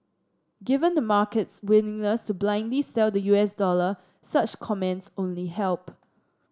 given the market's willingness to blindly sell the U S dollar such comments only help